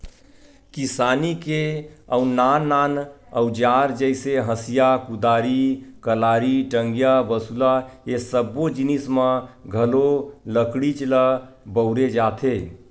किसानी के अउ नान नान अउजार जइसे हँसिया, कुदारी, कलारी, टंगिया, बसूला ए सब्बो जिनिस म घलो लकड़ीच ल बउरे जाथे